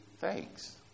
thanks